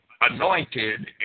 anointed